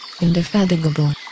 indefatigable